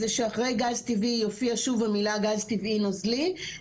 זה שאחרי ׳גז טבעי׳ יהיה שוב ׳גז טבעי נוזלי׳.